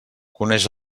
coneix